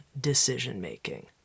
decision-making